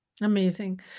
Amazing